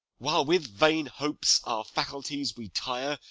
while with vain hopes our faculties we tire,